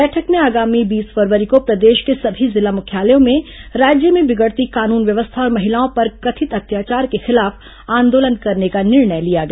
बैठक में आगामी बीस फरवरी को प्रदेश के सभी जिला मुख्यालयों में राज्य में बिगड़ती कानून व्यवस्था और महिलाओं पर कथित अत्याचार के खिलाफ आंदोलन करने का निर्णय लिया गया